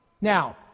Now